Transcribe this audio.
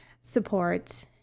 support